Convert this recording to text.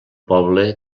poble